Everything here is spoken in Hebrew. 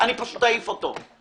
פשוט אעיף אותי.